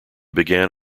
began